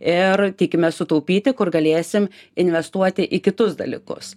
ir tikimės sutaupyti kur galėsim investuoti į kitus dalykus